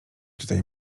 tutaj